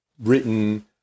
written